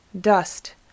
dust